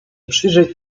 przyjrzeć